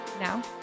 Now